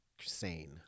sane